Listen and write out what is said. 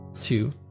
Two